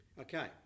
Okay